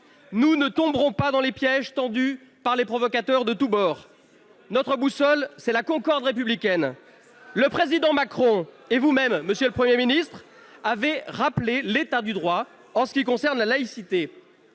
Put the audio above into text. Nous ne tomberons pas dans les pièges tendus par les provocateurs de tous bords. Vous y tombez tout seuls ! Notre boussole, c'est la concorde républicaine. Le Président Macron et vous-même, monsieur le Premier ministre, avez rappelé l'état du droit en ce qui concerne la laïcité.